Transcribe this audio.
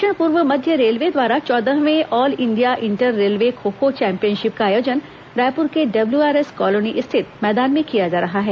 दक्षिण पूर्व मध्य रेलवे द्वारा चौदहवें all India inter railway kho kho championship का आयोजन रायपुर के डब्ल्यूआर एस कॉलोनी स्थित मैदान में किया जा रहा है